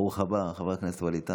ברוך הבא, חבר הכנסת ואליד